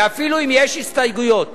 ואפילו אם יש הסתייגויות